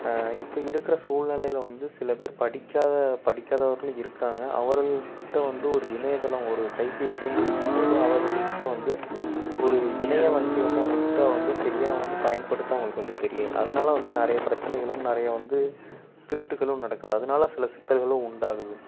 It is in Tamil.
இப்போ இருக்கிற சூழ்நிலையில் வந்து சில பேர் படிக்காத படிக்காதவர்களும் இருக்காங்க அவர்களுக்கிட்ட வந்து ஒரு இணையதளம் ஒரு கைபேசி வந்து இருக்கும் போது அவர்களுக்கிட்ட வந்து ஒரு இணைய வங்கி வந்து அவங்களுக்கிட்ட வந்து சரியா வந்து பயன்படுத்த அவங்களுக்கு வந்து தெரியலை அதனால வந்து நிறையா பிரச்சனைகளும் நிறையா வந்து திருட்டுக்களும் நடக்குது அதனால சில சிக்கல்களும் உண்டாகுது